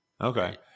Okay